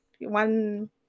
one